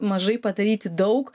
mažai padaryti daug